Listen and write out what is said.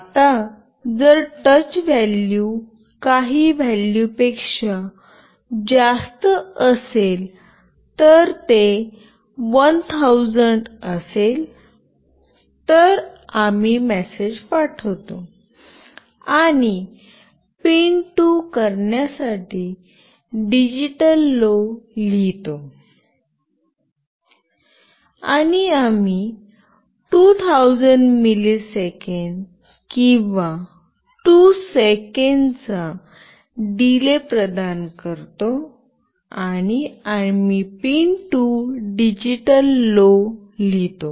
आता जर touch value काही व्हॅल्यूपेक्षा जास्त असेल तर ते 1000 असेल तर आम्ही मेसेज पाठवतो आणि पिन 2 करण्यासाठी डिजिटल LOW लिहितो आणि आम्ही 2000 मिलिसेकंद किंवा 2 सेकंदाचा डिले प्रदान करतो आणि आम्ही पिन 2 डिजिटल LOW लिहितो